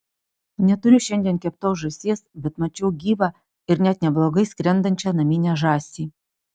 neturiu šiandien keptos žąsies bet mačiau gyvą ir net neblogai skrendančią naminę žąsį